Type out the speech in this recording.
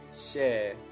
share